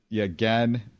again